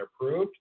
approved